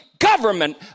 Government